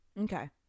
okay